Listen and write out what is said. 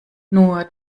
nur